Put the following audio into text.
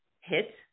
hit